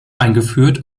eingeführt